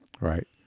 Right